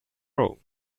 row